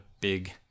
big